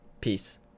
Peace